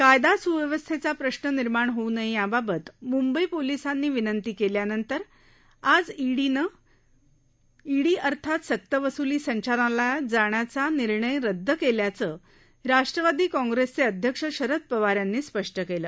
कायदा सुव्यवस्थेचा प्रश्न निर्माण होऊ नये याबाबत मुंबई पोलिसांनी विनंती केल्यानंतर आज ईडी अर्थात सक्तवसुली संचालनालयात जाण्याचा निर्णय रद्द केल्याचं राष्ट्रवादी काँप्रेसचे अध्यक्ष शरद पवार यांनी स्पष्ट केलं